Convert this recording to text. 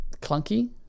clunky